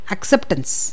Acceptance